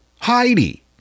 heidi